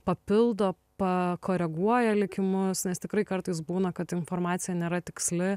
papildo pakoreguoja likimus nes tikrai kartais būna kad informacija nėra tiksli